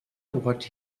what